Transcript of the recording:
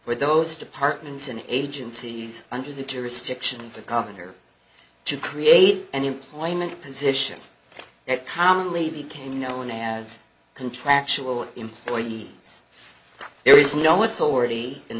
for those departments and agencies under the jurisdiction for common here to create an employment position that commonly became known as contractual employees there is no authority